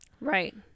right